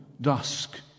dusk